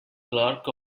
clerk